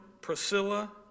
Priscilla